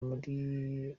muri